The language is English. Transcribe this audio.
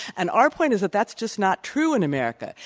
and our point is that that's just not true in america.